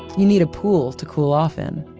you need a pool to cool off in.